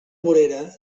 vorera